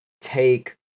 take